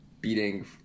beating